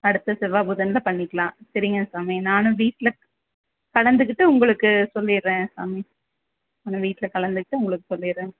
அடுத்த செல்வாய் புதனில் பண்ணிக்கலாம் சரிங்க சாமி நானும் வீட்டில் கலந்துக்கிட்டு உங்களுக்கு சொல்லிடுறேன் சாமி நானும் வீட்டில் கலந்துக்கிட்டு உங்களுக்கு சொல்லிடுறேன்